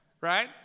right